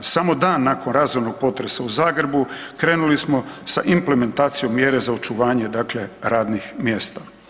Samo dan nakon razornog potresa u Zagrebu krenuli smo sa implementacijom mjere za očuvanje radnih mjesta.